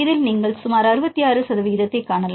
இதில் நீங்கள் சுமார் 66 சதவீதத்தைக் காணலாம்